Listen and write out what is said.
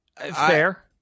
fair